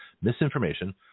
misinformation